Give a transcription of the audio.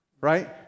right